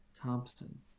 Thompson